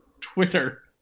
Twitter